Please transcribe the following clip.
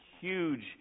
huge